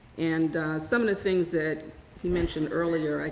and some of the things that he mentioned earlier,